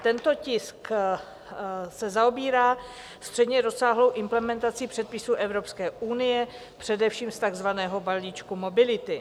Tento tisk se zaobírá středně rozsáhlou implementací předpisů Evropské unie, především z takzvaného balíčku mobility.